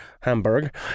Hamburg